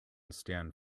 stand